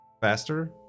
faster